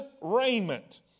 raiment